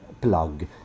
plug